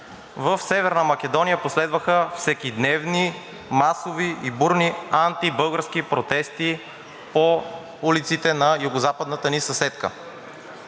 В Северна Македония последваха всекидневни масови и бурни антибългарски протести по улиците на югозападната ни съседка.